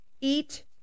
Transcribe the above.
eat